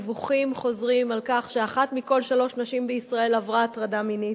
דיווחים חוזרים על כך שאחת מכל שלוש נשים בישראל עברה הטרדה מינית.